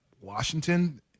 Washington